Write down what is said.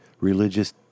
religious